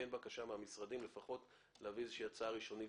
בקשה מהמשרדים לפחות להביא הצעה ראשונית